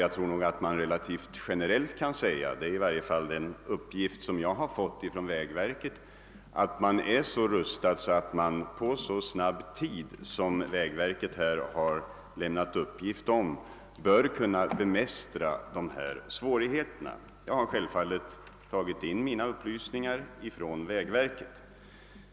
Generellt kan man väl säga — och där stöder jag mig på uppgifterna från vägverket — att vi är så gott rustade att vi bör kunna bemästra svårigheterna på så kort tid som vägverket uppgivit. Jag har självfallet inhämtat upplysningar från vägverket.